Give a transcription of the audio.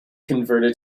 converted